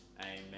amen